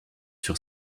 sur